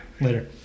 Later